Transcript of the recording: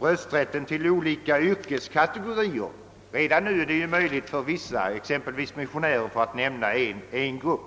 rösträtten till olika yrkeskategorier. Redan nu är det ju möjligt att rösta för t.ex. missionärer, för att nämna en grupp.